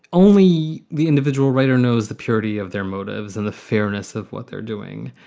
only the individual writer knows the purity of their motives and the fairness of what they're doing.